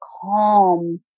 calm